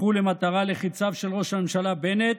הפכו למטרה לחיציו של ראש הממשלה בנט,